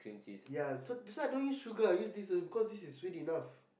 ya so that's why I don't use sugar I use this always because this is sweet enough